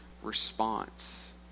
response